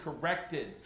corrected